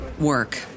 work